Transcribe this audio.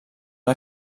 una